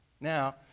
Now